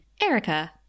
Erica